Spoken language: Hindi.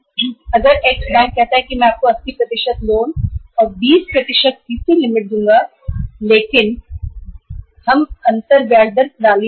अगर X बैंक कहता है कि मैं आपको 80 लोन और 20 सीसी लिमिट दूँगा लेकिन बैंक फिर कहता है कि हमारी ब्याज दर प्रणाली में अंतर है